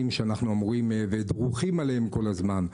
שאנחנו אמורים ודרוכים עליהם כל הזמן.